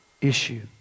issue